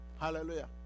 Hallelujah